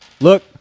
Look